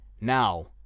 Now